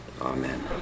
Amen